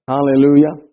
Hallelujah